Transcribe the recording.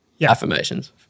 affirmations